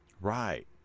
Right